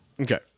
Okay